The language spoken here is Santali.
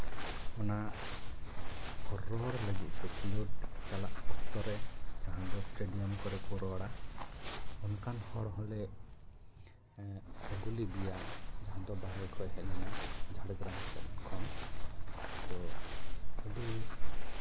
ᱟᱨ ᱚᱱᱟ ᱨᱚᱲ ᱞᱟᱹᱜᱤᱫ ᱛᱮ ᱠᱷᱮᱞᱳᱰ ᱪᱟᱞᱟᱜ ᱚᱠᱛᱚ ᱨᱮ ᱡᱟᱦᱟᱸ ᱫᱚ ᱮᱥᱴᱮᱰᱤᱭᱟᱢ ᱠᱚᱨᱮ ᱠᱚ ᱨᱚᱲᱟ ᱚᱱᱠᱟᱱ ᱦᱚᱲ ᱦᱚᱸᱞᱮ ᱟᱹᱜᱩ ᱞᱮᱫᱮᱭᱟ ᱡᱟᱦᱟᱸ ᱫᱚ ᱵᱟᱦᱨᱮ ᱠᱷᱚᱱ ᱦᱮᱡ ᱞᱮᱱᱟᱭ ᱡᱷᱟᱲᱜᱨᱟᱢ ᱥᱮᱫ ᱠᱷᱚᱱ ᱛᱳ ᱟᱹᱰᱤ